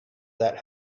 that